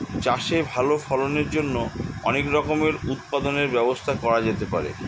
চাষে ভালো ফলনের জন্য অনেক রকমের উৎপাদনের ব্যবস্থা করা যেতে পারে